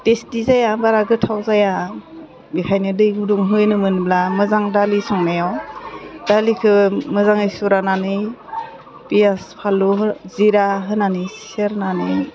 test जाया बारा गोथाव जाया बेखायनो दै गुदुं होनो मोनब्ला मोजां दालि संनायाव दालिखो मोजाङै सुरानानै पियास फानलु हो जिरा होनानै सेरनानै